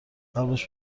قبلش